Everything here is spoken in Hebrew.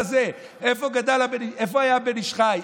איפה היה הבן איש חי?